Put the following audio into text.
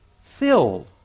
filled